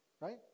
Right